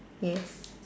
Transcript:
yes